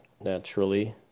naturally